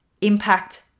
impact